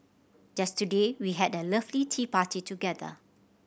just today we had a lovely tea party together